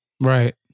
Right